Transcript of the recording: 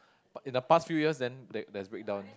but in the past few years then there there's breakdowns